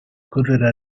correre